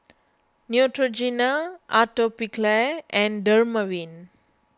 Neutrogena Atopiclair and Dermaveen